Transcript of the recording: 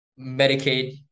Medicaid